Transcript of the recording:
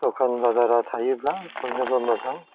दखान बाजारा थायोब्ला बयनोबो मोजां